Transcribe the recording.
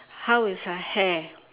how is her hair